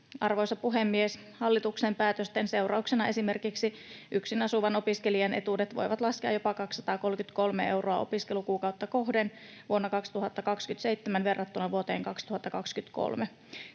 Arvoisa puhemies! Hallituksen päätösten seurauksena esimerkiksi yksin asuvan opiskelijan etuudet voivat laskea jopa 233 euroa opiskelukuukautta kohden vuonna 2027 verrattuna vuoteen 2023,